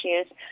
issues